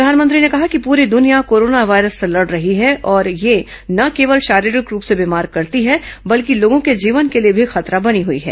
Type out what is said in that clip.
प्रधानमंत्री ने कहा कि पूरी दुनिया कोरोना वायरस से लड़ रही है और यह न केवल शारीरिक रूप से बीमार करती है बल्कि लोगों के जीवन के लिए भी खतरा बनी हुई है